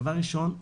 דבר ראשון,